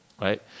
right